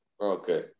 Okay